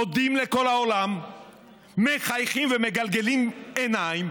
מודים לכל העולם, מחייכים ומגלגלים עיניים,